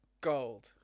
gold